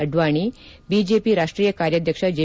Advani BJP ರಾಷ್ಟೀಯ ಕಾರ್ಯಾಧ್ಯಕ್ಷ J